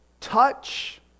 touch